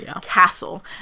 castle